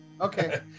Okay